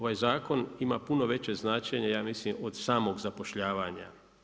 Ovaj zakon ima puno veće značenje ja mislim od samog zapošljavanja.